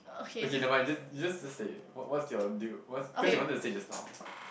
okay never mind just just just say what what's your deal what's cause you wanted to say just now